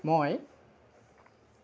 মই